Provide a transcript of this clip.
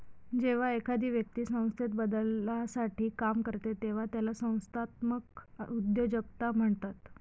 जेव्हा एखादी व्यक्ती संस्थेत बदलासाठी काम करते तेव्हा त्याला संस्थात्मक उद्योजकता म्हणतात